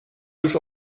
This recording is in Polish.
już